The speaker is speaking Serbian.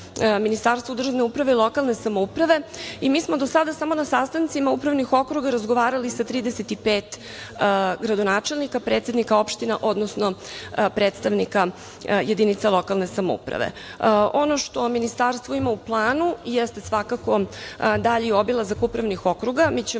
Ministarstvu državne uprave i lokalne samouprave. Do sada smo samo na sastancima upravnih okruga razgovarali sa 35 gradonačelnika, predsednika opština, odnosno predstavnika jedinica lokalne samouprave. Ono što ministarstvo ima u planu jeste svakako dalji obilazak upravnih okruga.